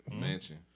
Mansion